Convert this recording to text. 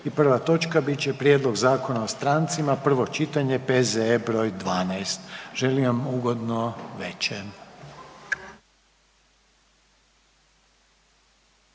i prva točka bit će Prijedlog zakona o strancima, prvo čitanje, P.Z.E. br. 12. Želim vam ugodno veče.